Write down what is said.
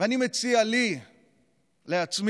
ואני מציע לי, לעצמי,